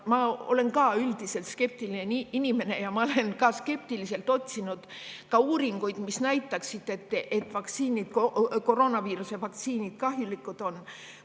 Mina olen üldiselt skeptiline inimene ja ma olen ka skeptiliselt otsinud uuringuid, mis näitaksid, et koroonaviiruse vaktsiinid on kahjulikud.